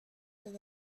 the